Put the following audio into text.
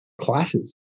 classes